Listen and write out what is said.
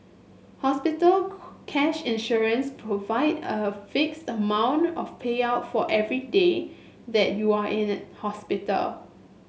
hospital cash insurance provide a fixed amount of payout for every day that you are in hospital